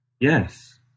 Yes